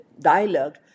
dialogue